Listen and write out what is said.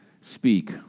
speak